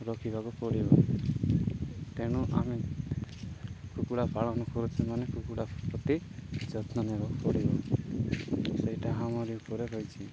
ରଖିବାକୁ ପଡ଼ିବ ତେଣୁ ଆମେ କୁକୁଡ଼ା ପାଳନ କରୁଛୁ ମାନେ କୁକୁଡ଼ା ପ୍ରତି ଯତ୍ନ ନେବାକୁ ପଡ଼ିବ ସେଇଟା ଆମରି ଉପରେ ରହିଛି